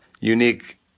unique